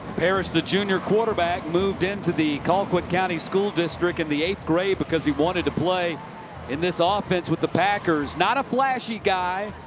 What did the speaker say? parrish, the junior quarterback, moved into the colquitt county school district in the eighth grade because he wanted to play in this ah offense with the packers. not a flashy guy.